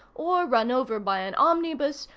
or run over by an omnibus,